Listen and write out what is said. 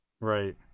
Right